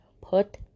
put